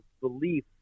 belief